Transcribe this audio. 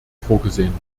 vorgesehen